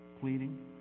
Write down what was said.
pleading